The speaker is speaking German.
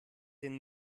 den